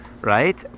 Right